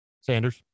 Sanders